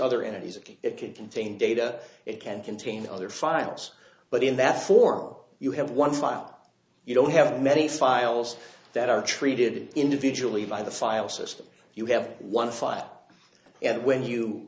other entities or it could contain data it can contain other files but in that form you have one file you don't have many files that are treated individually by the file system you have one file and when you